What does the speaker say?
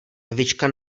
evička